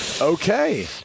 okay